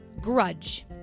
Grudge